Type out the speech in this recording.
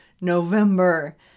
November